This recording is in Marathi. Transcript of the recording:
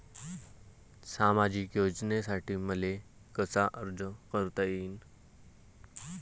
सामाजिक योजनेसाठी मले कसा अर्ज करता येईन?